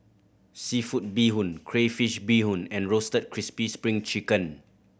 seafood bee hoon crayfish beehoon and Roasted Crispy Spring Chicken